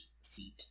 seat